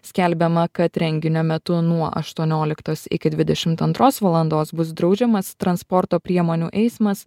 skelbiama kad renginio metu nuo aštuonioliktos iki dvidešimt antros valandos bus draudžiamas transporto priemonių eismas